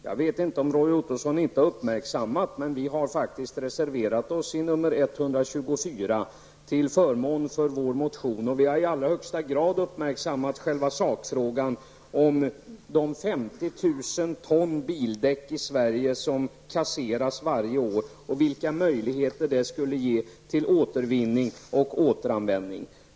Jag vet inte om Roy Ottosson inte har uppmärksammat det, men vi har faktiskt i reservation 124 reserverat oss till förmån för vår motion, och vi har i allra högsta grad uppmärksammat själva sakfrågan om de 50 000 ton bildäck som kasseras varje år i Sverige och vilka möjligheter det skulle ge till återvinning och återanvändning.